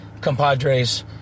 compadres